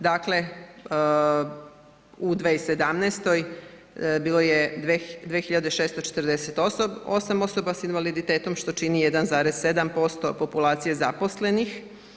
Dakle, u 2017. bilo je 2648 osoba s invaliditetom što 1,7% populacije zaposlenih.